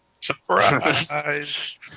Surprise